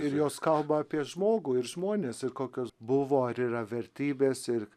ir jos kalba apie žmogų ir žmones kokios buvo ar yra vertybės ir